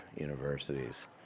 universities